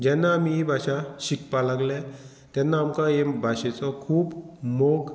जेन्ना आमी ही भाशा शिकपाक लागले तेन्ना आमकां हे भाशेचो खूब मोग